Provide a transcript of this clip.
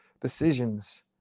decisions